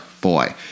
boy